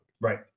Right